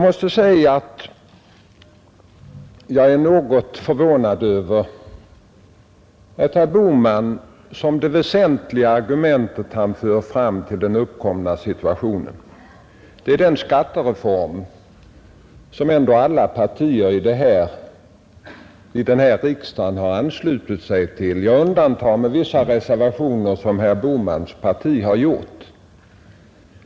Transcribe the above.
Jag är något förvånad över att herr Bohman som den väsentliga anledningen till den uppkomna situationen fört fram den skattereform som ändå alla partier här i riksdagen har anslutit sig till; jag bortser från vissa reservationer som herr Bohmans parti har gjort.